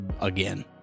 again